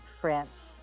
France